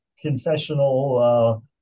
confessional